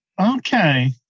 okay